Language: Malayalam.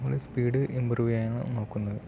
നമ്മള് സ്പീഡ് ഇമ്പ്രൂവെയ്യാനാണ് നോക്കുന്നത്